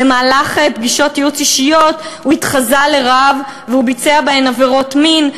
במהלך פגישות ייעוץ אישיות הוא התחזה לרב וביצע בהן עבירות מין.